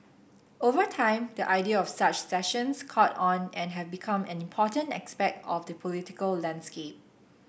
over time the idea of such sessions caught on and have become an important aspect of the political landscape